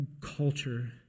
culture